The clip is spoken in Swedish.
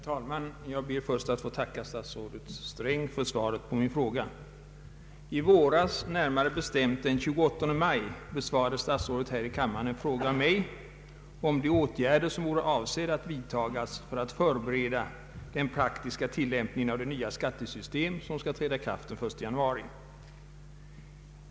Herr talman! Jag ber först att få tacka statsrådet Sträng för svaret på min fråga. I våras — närmare bestämt den 28 maj — besvarade statsrådet här i kammaren en fråga av mig om de åtgärder som vore avsedda att vidtagas för att förbereda den praktiska tillämpningen av det nya skattesystem, som skall träda i kraft den 1 januari 1971.